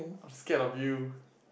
I'm scared of you